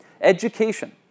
education